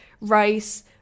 rice